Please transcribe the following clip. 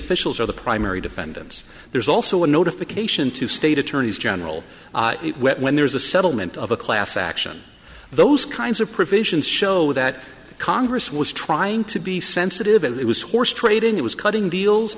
officials or the primary defendants there's also a notification to state attorneys general when there's a settlement of a class action those kinds of provisions show that congress was trying to be sensitive it was horse trading it was cutting deals